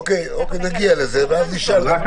אוקיי, נגיע לזה ואז נשאל.